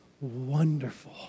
wonderful